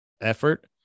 effort